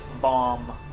bomb